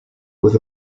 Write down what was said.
with